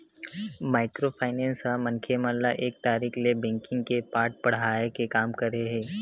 micro finance ह मनखे मन ल एक तरिका ले बेंकिग के पाठ पड़हाय के काम करे हे